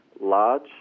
large